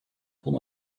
pull